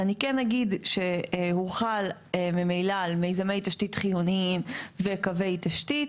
אני כן אגיד שהוחל ממילא על מיזמי תשתית חיוניים וקווי תשתית,